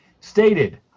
stated